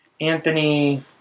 Anthony